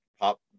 Pop